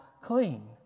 clean